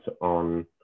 on